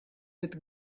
with